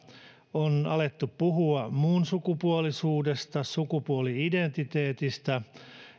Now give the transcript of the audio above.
on alettu puhua muunsukupuolisuudesta sukupuoli identiteetistä